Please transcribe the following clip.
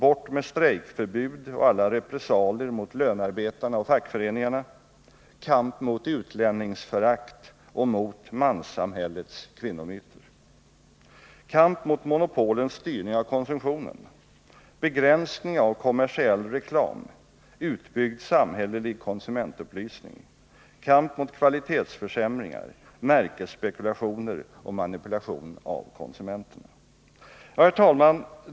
Bort med strejkförbud och alla repressalier mot lönarbetarna och fackföreningarna. Kamp mot utlänningsförakt och mot manssamhällets kvinnomyter. Kamp mot monopolens styrning av konsumtionen: Begränsning av kommersiell reklam, utbyggd samhällelig konsumentupplysning. Kamp mot kvalitetsförsämringar, märkesspekulationer och manipulation av konsumenterna. Herr talman!